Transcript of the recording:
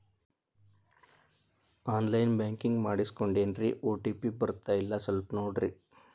on line banking ಮಾಡಿಸ್ಕೊಂಡೇನ್ರಿ OTP ಬರ್ತಾಯಿಲ್ಲ ಸ್ವಲ್ಪ ನೋಡ್ರಿ